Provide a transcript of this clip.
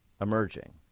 emerging